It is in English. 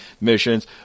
missions